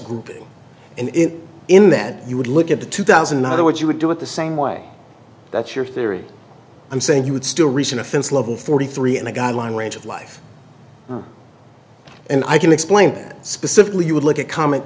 and in that you would look at the two thousand and other what you would do it the same way that's your theory i'm saying you would still reason offense level forty three and a guideline range of life and i can explain that specifically you would look at comment